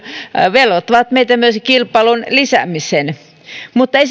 velvoittavat meitä myös kilpailun lisäämiseen mutta ei